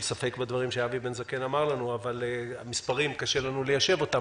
ספק בדברים שאבי בן זקן אמר לנו אבל המספרים קשה לנו ליישב אותם.